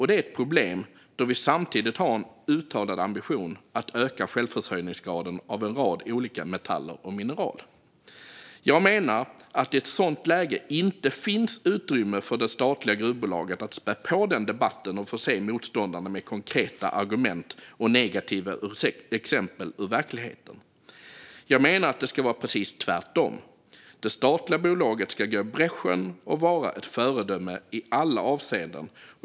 Det är ett problem eftersom vi samtidigt har en uttalad ambition att öka självförsörjningsgraden av en rad olika metaller och mineral. Jag menar att det i ett sådant läge inte finns utrymme för det statliga gruvbolaget att spä på debatten och förse motståndarna med konkreta argument och negativa exempel ur verkligheten. Jag menar att det ska vara precis tvärtom - att det statliga bolaget ska gå i bräschen och vara ett föredöme i alla avseenden.